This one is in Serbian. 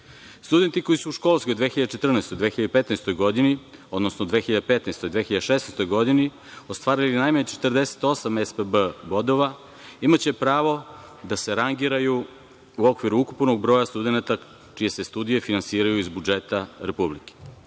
Studenti koji su u školskoj 2014/2015. godini, odnosno 2015/2016. godini ostvarili najmanje od 48 bodova, imaće pravo da se rangiraju u okviru ukupnog broja studenata čije se studije finansiraju iz budžeta Republike. Primera